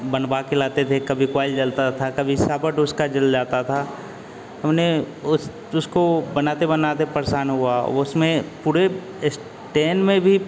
बनवा कर लाते थे कभी क्वायल जलता था कभी साबड उसका जल जाता था हमने उस उसको बनाते बनाते परेशान हुआ उसमें पूरे स्टेन में भी